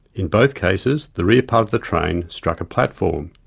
in both cases the rear part of the train struck a platform.